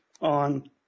on